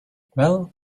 well